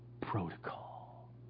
protocol